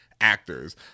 actors